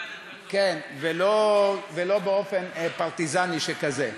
ולא באופן פרטיזני שכזה.